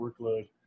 workload